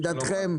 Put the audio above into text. מה עמדתכם?